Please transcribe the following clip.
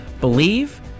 believe